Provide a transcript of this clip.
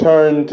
Turn